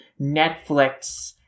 Netflix